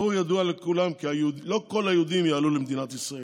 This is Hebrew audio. ברור וידוע כי לא כל היהודים יעלו למדינת ישראל,